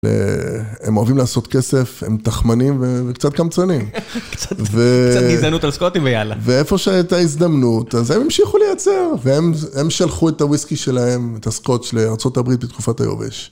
הם אוהבים לעשות כסף, הם תחמנים וקצת קמצנים. קצת הזדמנות על סקוטים ויאללה. ואיפה שהייתה הזדמנות, אז הם המשיכו לייצר. והם שלחו את הוויסקי שלהם, את הסקוט של ארה״ב בתקופת היובש.